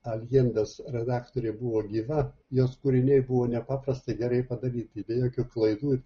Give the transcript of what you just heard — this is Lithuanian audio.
aljendės redaktorė buvo gyva jos kūriniai buvo nepaprastai gerai padaryti be jokių klaidų